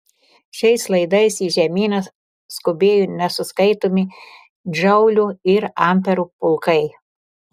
šiais laidais į žemyną skubėjo nesuskaitomi džaulių ir amperų pulkai